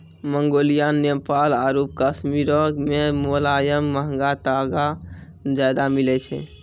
Mongolia, Nepal आरु कश्मीरो मे मोलायम महंगा तागा ज्यादा मिलै छै